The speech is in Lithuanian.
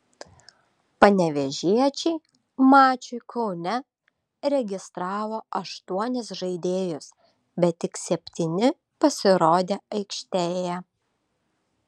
panevėžiečiai mačui kaune registravo aštuonis žaidėjus bet tik septyni pasirodė aikštėje